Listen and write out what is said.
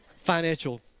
Financial